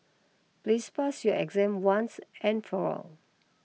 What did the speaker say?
please pass your exam once and for all